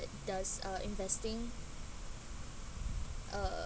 does uh investing uh